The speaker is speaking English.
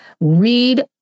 read